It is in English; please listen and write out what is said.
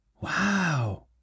Wow